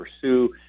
pursue